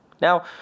Now